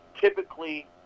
typically